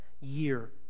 year